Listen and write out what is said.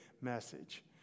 message